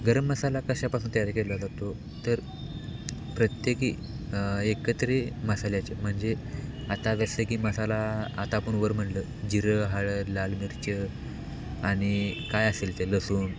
गरम मसाला कशापासून तयार केला जातो तर प्रत्येकी एकत्र मसाल्याचे म्हणजे आता जसे की मसाला आता आपण वर म्हटलं जिरं हळद लाल मिर्च आणि काय असेल ते लसूण